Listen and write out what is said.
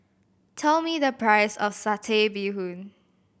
tell me the price of Satay Bee Hoon